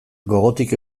gogotik